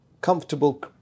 comfortable